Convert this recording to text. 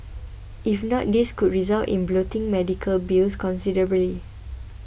if not this could result in bloating medical bills considerably